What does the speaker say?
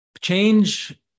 change